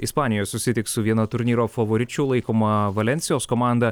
ispanijoj susitiks su viena turnyro favoričių laikoma valensijos komanda